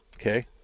Okay